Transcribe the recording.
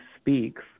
speaks